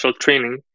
training